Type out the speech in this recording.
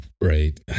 right